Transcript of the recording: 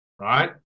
right